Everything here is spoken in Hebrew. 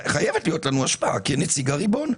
חייבת להיות לנו השפעה כנציג הריבון,